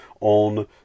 on